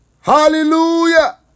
hallelujah